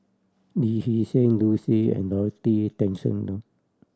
Lee Hee Seng Liu Si and Dorothy Tessensohn